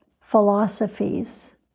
philosophies